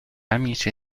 amici